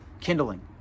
Kindling